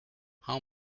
how